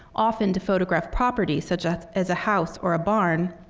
often to photograph property such as as a house or a barn,